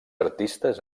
artistes